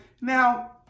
Now